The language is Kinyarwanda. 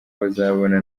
bazabona